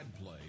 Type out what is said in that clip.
play